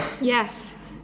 Yes